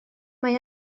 mae